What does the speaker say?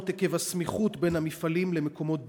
עקב הסמיכות בין המפעלים למקומות בילוי,